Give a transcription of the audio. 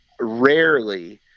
rarely